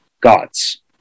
gods